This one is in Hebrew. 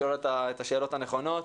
לשאול את השאלות הנכונות.